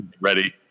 ready